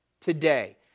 today